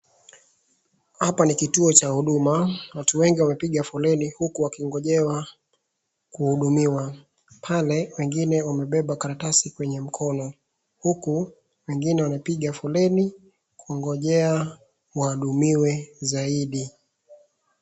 Hapa ni kituo cha huduma. Watu wengi wamepiga foleni uku wakigonjewa kuhudumiwa. Pale, wengine wamebeba karatasi kwenye mkono uku wengine wanapiga foleni kugonjea wahudumiwe zaidi.